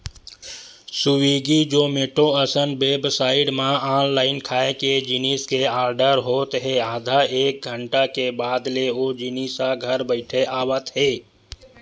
Swiggy, Zomato असन website म online खाए के जिनिस के आरडर होत हे आधा एक घंटा के बाद ले ओ जिनिस ह घर बइठे आवत हे